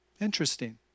Interesting